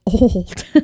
old